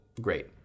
great